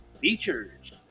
features